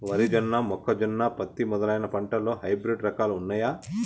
వరి జొన్న మొక్కజొన్న పత్తి మొదలైన పంటలలో హైబ్రిడ్ రకాలు ఉన్నయా?